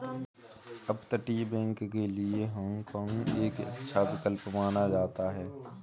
अपतटीय बैंक के लिए हाँग काँग एक अच्छा विकल्प माना जाता है